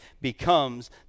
becomes